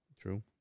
True